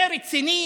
זה רציני?